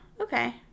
okay